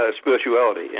spirituality